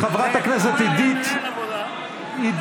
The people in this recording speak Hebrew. חברת הכנסת עידית סילמן.